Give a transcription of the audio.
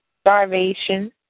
Starvation